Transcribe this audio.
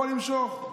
יכול למשוך,